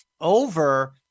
over